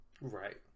Right